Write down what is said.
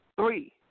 three